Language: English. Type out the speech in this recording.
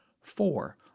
Four